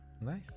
Nice